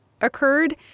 occurred